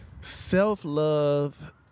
Self-love